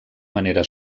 manera